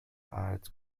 arts